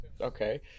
okay